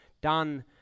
done